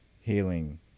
healing